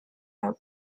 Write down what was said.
are